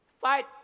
Fight